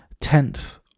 tenth